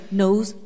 knows